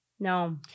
No